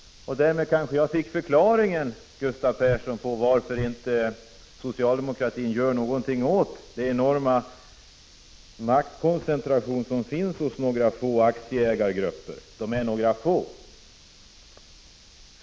Därmed jag fick kanske förklaringen, Gustav Persson, till varför socialdemokratin inte gör någonting åt den enorma maktkoncentration som finns hos några få aktieägargrupper.